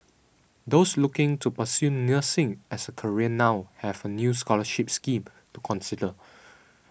those looking to pursue nursing as a career now have a new scholarship scheme to consider